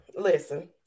Listen